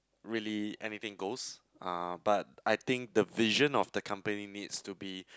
really anything goes uh but I think the vision of the company needs to be